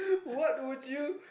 what would you